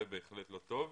זה בהחלט לא טוב.